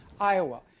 Iowa